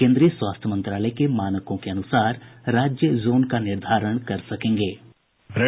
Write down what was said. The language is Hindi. केन्द्रीय स्वास्थ्य मंत्रालय के मानकों के अनुसार राज्य जोन का निर्धारण कर सकेंगे